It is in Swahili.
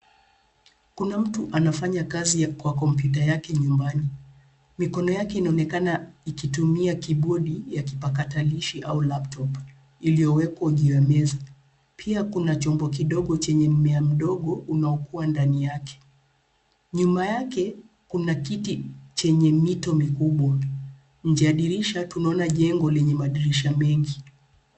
Kuna mtu anafanya kazi kwa kompyuta yake nyumbani. Mikono yake inaonekana ikitumia kibodi ya kipakatalishi au laptop iliyowekwa juu ya meza. Pia kuna chombo kidogo chenye mmea mdogo unaokua ndani yake. Nyuma yake, kuna kiti chenye mito mikubwa. Nje ya dirisha tunaona jengo lenye madirisha mengi.